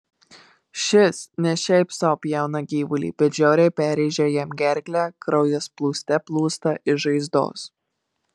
šis ne šiaip sau pjauna gyvulį bet žiauriai perrėžia jam gerklę kraujas plūste plūsta iš žaizdos